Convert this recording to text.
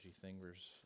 fingers